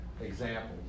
example